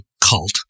cult